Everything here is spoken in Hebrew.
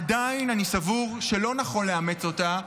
עדיין אני סבור שלא נכון לאמץ אותה,